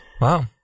wow